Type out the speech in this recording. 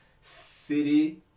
City